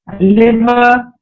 liver